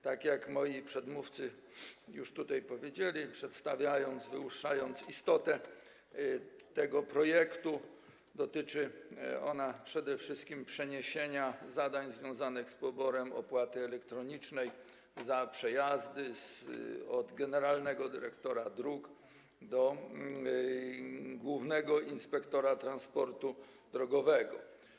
Tak jak moi przedmówcy już tutaj powiedzieli, przedstawiając, wyłuszczając istotę tego projektu, dotyczy on przede wszystkim przeniesienia zadań związanych z poborem opłaty elektronicznej za przejazdy z generalnego dyrektora dróg na głównego inspektora transportu drogowego.